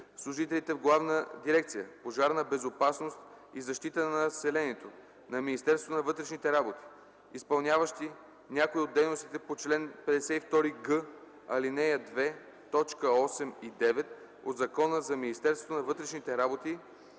Служителите в Главна дирекция „Пожарна безопасност и защита на населението” на Министерството на вътрешните работи, изпълняващи някои от дейностите по чл. 52г, ал. 2, т. 8 и 9 от Закона за Министерството на вътрешните работи,